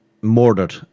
murdered